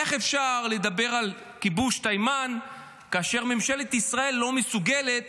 איך אפשר לדבר על כיבוש תימן כאשר ממשלת ישראל לא מסוגלת